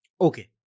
Okay